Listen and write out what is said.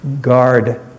guard